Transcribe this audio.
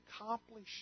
accomplish